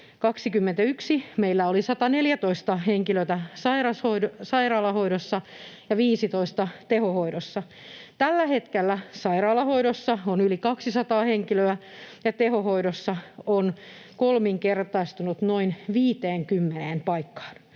meillä oli 114 henkilöä sairaalahoidossa ja 15 tehohoidossa. Tällä hetkellä sairaalahoidossa on yli 200 henkilöä ja tehohoidossa olevien määrä on kolminkertaistunut noin 50 paikkaan.